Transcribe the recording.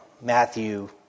Matthew